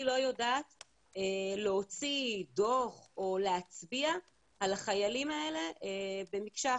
אני לא יודעת להוציא דוח או להצביע על החיילים האלה במקשה אחת.